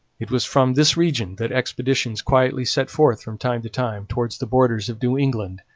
it was from this region that expeditions quietly set forth from time to time towards the borders of new england,